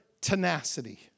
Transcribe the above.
tenacity